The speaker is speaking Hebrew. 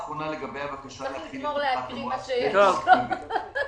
עוד מילה אחרונה לגבי הבקשה להחיל את הפחת המואץ ---.